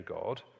God